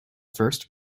first